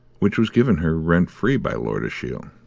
which was given her rent free by lord ashiel.